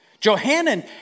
Johanan